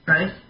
Right